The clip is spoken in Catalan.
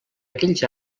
aquells